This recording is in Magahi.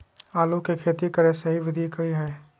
आलू के खेती करें के सही विधि की हय?